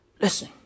Listen